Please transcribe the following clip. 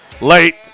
late